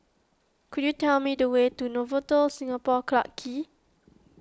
could you tell me the way to Novotel Singapore Clarke Quay